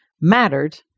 mattered